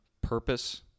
purpose